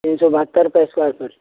तीन सो बहत्तर रुपये स्क्वेर फीट